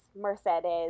Mercedes